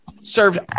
served